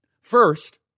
First